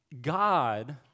God